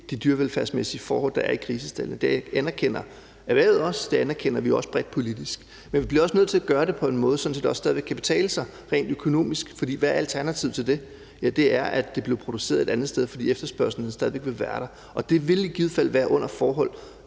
de dyrevelfærdsmæssige forhold, der er i grisestaldene. Det anerkender erhvervet også, og det anerkender vi jo også bredt politisk. Men vi bliver også nødt til at gøre det på en måde, sådan at det også stadig væk kan betale sig rent økonomisk, for hvad er alternativet til det? Det er, at det bliver produceret et andet sted, for efterspørgslen vil stadig væk være der, og det vil givet fald være under forhold,